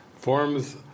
forms